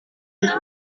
tut